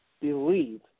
believe